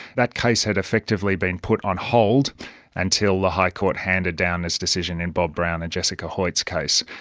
that case had effectively been put on hold until the high court handed down its decision in bob brown and jessica hoyt's case.